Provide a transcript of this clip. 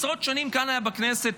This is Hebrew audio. עשרות שנים כאן בכנסת,